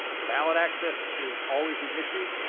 ballot access is always an issue,